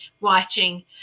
watching